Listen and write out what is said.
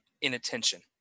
inattention